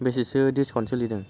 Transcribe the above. बेसेसो डिसकाउन्ट सोलिदों